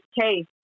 case